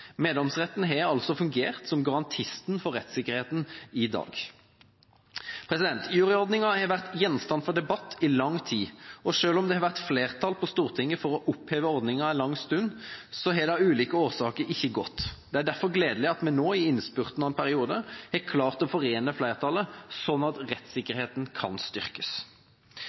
Meddomsretten har altså fungert som garantisten for rettssikkerheten i dag. Juryordningen har vært gjenstand for debatt i lang tid, og selv om det har vært flertall på Stortinget for å oppheve ordningen en lang stund, har det av ulike årsaker ikke gått. Det er derfor gledelig at vi nå i innspurten av en periode har klart å forene flertallet, slik at rettssikkerheten kan styrkes.